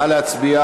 הכנסת יצחק הרצוג,